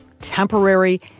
temporary